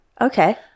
Okay